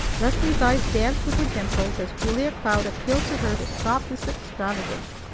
leslie's eyes danced with her dimples as julia cloud appealed to her to stop this extravagance.